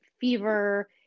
fever